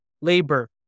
labor